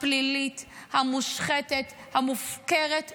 הפלילית, המושחתת, המופקרת שלכם.